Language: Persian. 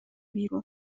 بیرون